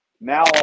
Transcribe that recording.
now